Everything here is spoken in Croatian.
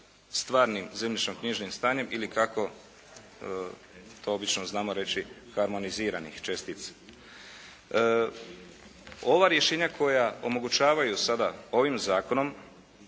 stvarnim zemljišno-knjižnim stanjem ili kako to obično znamo reći harmoniziranih čestica. Ova rješenja koja omogućavaju sada ovim zakonom